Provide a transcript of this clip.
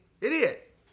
idiot